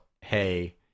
hey